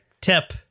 tip